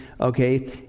okay